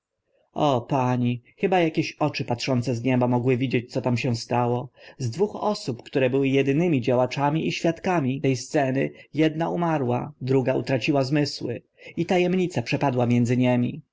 o pani chyba akieś oczy patrzące z nieba mogły widzieć co się tam stało z dwóch osób które były edynymi działaczami i świadkami te sceny edna umarła druga utraciła zmysły i ta emnica przepadła między nimi